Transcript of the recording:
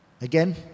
Again